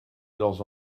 leurs